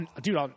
dude